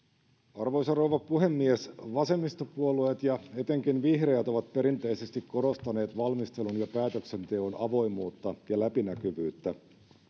arvoisa rouva puhemies vasemmistopuolueet ja etenkin vihreät ovat perinteisesti korostaneet valmistelun ja päätöksenteon avoimuutta ja läpinäkyvyyttä